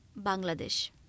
Bangladesh